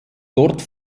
dort